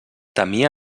temia